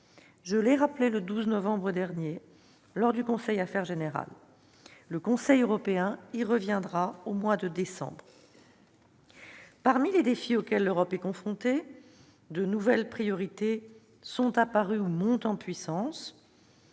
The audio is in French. je l'ai rappelé le 12 novembre dernier lors du conseil Affaires générales. Le Conseil européen y reviendra au mois de décembre. Au titre des défis auxquels l'Europe est confrontée, de nouvelles priorités sont apparues ou montent en puissance